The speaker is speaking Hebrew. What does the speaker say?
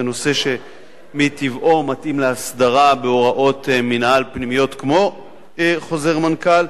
זה נושא שמטבעו מתאים להסדרה בהוראות מינהל פנימיות כמו חוזר מנכ"ל,